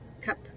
cup